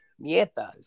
Nietas